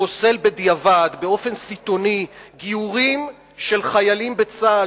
פוסל בדיעבד באופן סיטוני גיורים של חיילים בצה"ל,